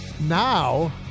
now